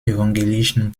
evangelischen